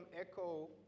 echo